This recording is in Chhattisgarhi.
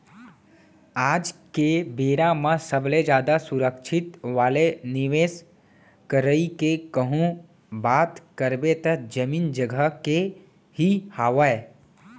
आज के बेरा म सबले जादा सुरक्छित वाले निवेस करई के कहूँ बात करबे त जमीन जघा के ही हावय